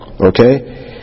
okay